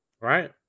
Right